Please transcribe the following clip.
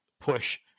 push